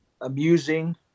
amusing